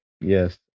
Yes